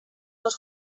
els